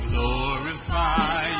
Glorify